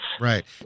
right